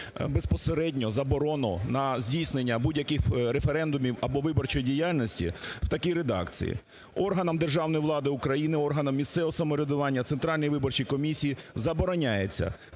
безпосередньо заборону на здійснення будь-яких референдумів або виборчої діяльності в такій редакції: "Органам державної влади України, органам місцевого самоврядування, Центральній виборчій комісії забороняється